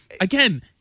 again